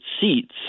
seats